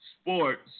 sports